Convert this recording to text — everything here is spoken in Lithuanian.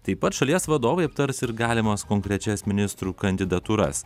taip pat šalies vadovai aptars ir galimas konkrečias ministrų kandidatūras